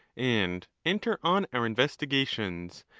and enter on our investigations,